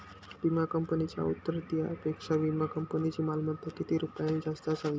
विमा कंपनीच्या उत्तरदायित्वापेक्षा विमा कंपनीची मालमत्ता किती रुपयांनी जास्त असावी?